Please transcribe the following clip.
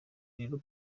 rero